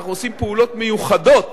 שאנחנו עושים פעולות מיוחדות